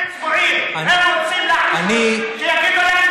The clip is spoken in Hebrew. הם צבועים, הם רוצים, שיפסיקו להם,